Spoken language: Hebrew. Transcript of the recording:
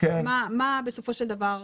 מה בסופו של דבר?